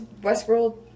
Westworld